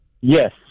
Yes